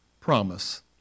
promise